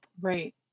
Right